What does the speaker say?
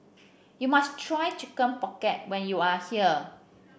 you must try Chicken Pocket when you are here